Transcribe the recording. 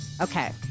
okay